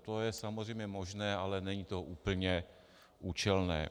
To je samozřejmě možné, ale není to úplně účelné.